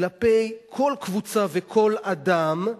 כלפי כל קבוצה וכל אדם,